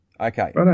Okay